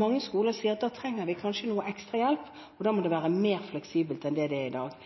Mange skoler sier at da trenger de kanskje noe ekstra hjelp, og da må det være mer fleksibelt enn det det er i dag.